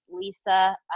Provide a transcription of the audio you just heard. Lisa